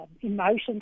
emotions